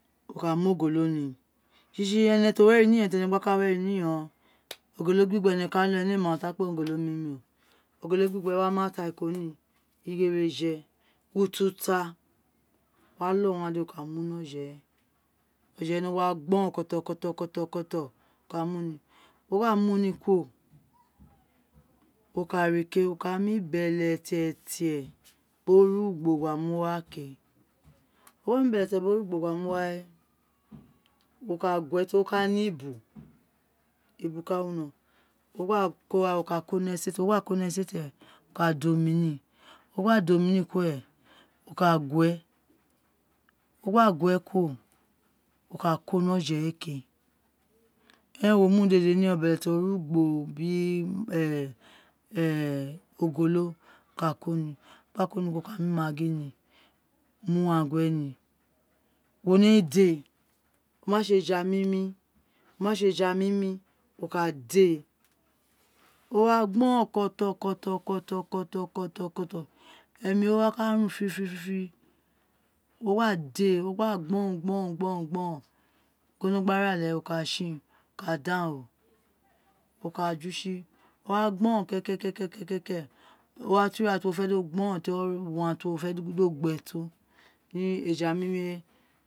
Wo ka mu ogolo níí sisi ewẹ ti owi ẹri ni iyọnghon ti ẹnẹ gba ka wi ẹri ni iyonghon ẹnẹ éè ma urun ti a kpe wun ogolo mimi ogolo gbigbe wé a mu atariko ni igheree ututa a lo urun ghan dede aka mu ni oje wé ojẹ winọrọn gba gbọ rọn ka mu ni ti wo gba mu ni kuro wo ka ré kéè wo káá mu bẹlẹtiẹtiẹ biri orugbo gba mu wa kéé wo mu bẹlẹtietie biri orugbo gba mu wa wo ka gué è teri oka ne ibu ibu ka winoron wo gba ko wa wo ka ko ni ẹsẹte rẹn wo ka da omi ni wo gba da omi ni kuro rẹn wo ka guẹe ti uwo gba gue kuro wo ka ko ni ọjẹ wé kee ẹrẹn wo mu urun dede ni rẹn bẹlẹtietie oru gbo bii ogolo wo ka ko ni nu gba koni kuro wo ka mu maggi ni nu uwangue ni wo nemi déè oma sé eja mimi wo ka dèé o wa gboron emi wé wa ka run firifiri firi wo gba déè o gba gbọrọn gboron gboron o winọrọn gba ré ale rẹn wo ka sọn wo ka dangho wo ka ju si o ma gboron kekekẹkẹ o wa to ira ti wo fẹ di o gbọron to uwan ti uwo fẹ di o gbe to di ẹja mimi wé